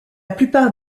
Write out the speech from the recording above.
plupart